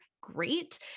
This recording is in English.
great